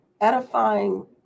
Edifying